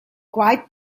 quite